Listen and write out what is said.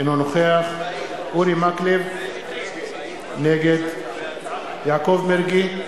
אינו נוכח אורי מקלב, נגד יעקב מרגי,